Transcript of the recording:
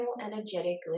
energetically